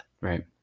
Right